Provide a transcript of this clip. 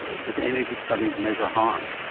did any of the studies measure harm?